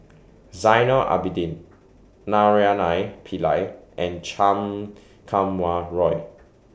Zainal Abidin Naraina Pillai and Chan Kum Wah Roy